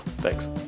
Thanks